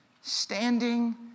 standing